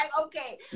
Okay